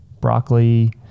Broccoli